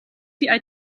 die